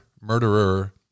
Murderer